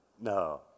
No